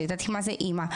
ידעתי מה זה אימא,